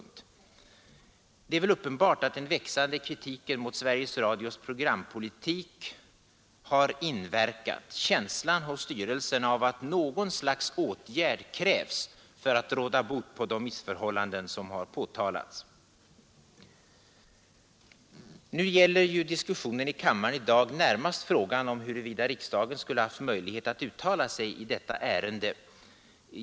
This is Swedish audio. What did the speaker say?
Det är väl annars uppenbart att den växande kritiken mot Sveriges Radios programpolitik har inverkat, känslan hos styrelsen av att något slags åtgärd krävs för att råda bot på de missförhållanden som har påtalats. Nu gäller ju diskussionen i kammaren i dag närmast frågan om huruvida riksdagen skulle ha haft möjlighet att uttala sig i detta ärende.